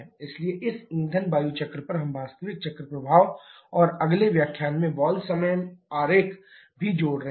इसलिए इस ईंधन वायु चक्र पर हम वास्तविक चक्र प्रभाव और अगले व्याख्यान में वाल्व समय आरेख भी जोड़ रहे हैं